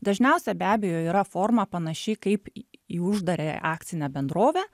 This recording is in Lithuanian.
dažniausia be abejo yra forma panašiai kaip į uždarąją akcinę bendrovę